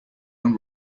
own